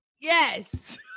yes